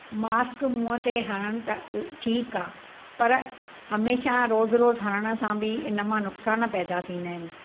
mask मुंहं ते हरण त ठीकु आहे पर हमेशा रोज़ु रोज़ु हरण सां बि इन मां नुक़सान पैदा थींदा आहिनि